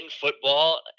football